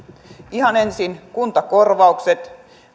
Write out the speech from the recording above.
ihan ensin kuntakorvaukset